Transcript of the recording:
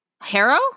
Harrow